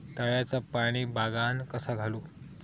तळ्याचा पाणी बागाक कसा घालू?